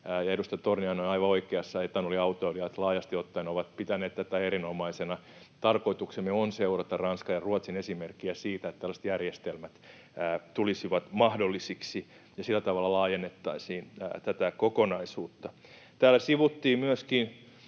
Edustaja Torniainen on aivan oikeassa: etanoliautoilijat laajasti ottaen ovat pitäneet tätä erinomaisena. Tarkoituksemme on seurata Ranskan ja Ruotsin esimerkkiä siitä, että tällaiset järjestelmät tulisivat mahdollisiksi, ja sillä tavalla laajennettaisiin tätä kokonaisuutta. Täällä sivuttiin myöskin